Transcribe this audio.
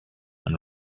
and